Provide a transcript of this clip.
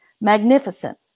Magnificent